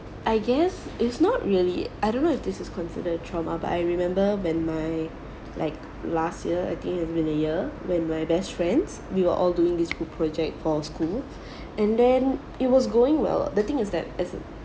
I guess it's not really I don't know if this is considered a trauma but I remember when my like last year I think I've have been a year when my best friends we were all doing this project for school and then it was going well the thing is that as